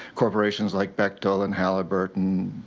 corporations like bechtel and halliburton,